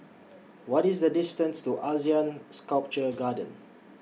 What IS The distance to Asean Sculpture Garden